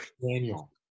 Daniel